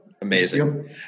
amazing